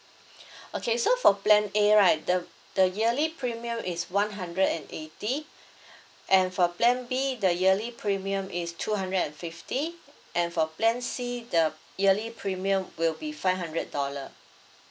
okay so for plan A right the the yearly premium is one hundred and eighty and for plan B the yearly premium is two hundred and fifty and for plan C the yearly premium will be five hundred dollar